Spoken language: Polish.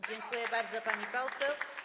Dziękuję bardzo, pani poseł.